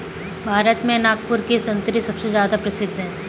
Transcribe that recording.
भारत में नागपुर के संतरे सबसे ज्यादा प्रसिद्ध हैं